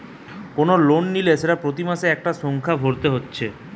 কোন লোন নিলে সেটা প্রতি মাসে একটা সংখ্যা ভরতে হতিছে